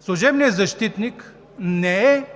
Служебният защитник не е